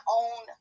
own